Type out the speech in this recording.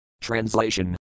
Translation